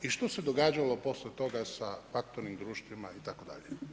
I što se događalo poslije toga sa faktoring društvima itd.